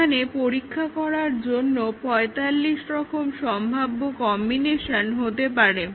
এখানে পরীক্ষা করার জন্যে ৪৫ রকম সম্ভাব্য কম্বিনেশন হতে পারে